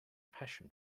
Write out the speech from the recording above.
passion